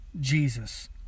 Jesus